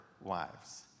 wives